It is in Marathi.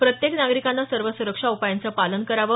प्रत्येक नागरिकाने सर्व सुरक्षा उपायांचं पालन करावं